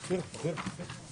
טוב אז שוב בוקר טוב,